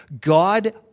God